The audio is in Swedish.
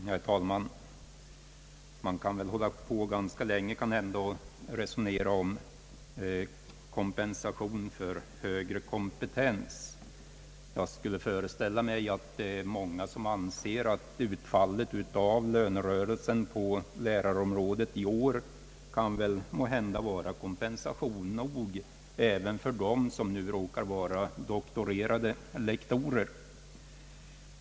Herr talman! Man kan resonera länge om kompensation för högre kompetens. Jag föreställer mig att många anser att utfallet av årets lönerörelse på lärar området kan vara kompensation nog även för dem som råkar vara doktorerade lektorer.